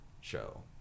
show